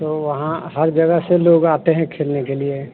तो वहाँ हर जगह से लोग आते हैं खेलने के लिए